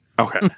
Okay